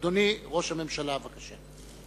אדוני ראש הממשלה, בבקשה.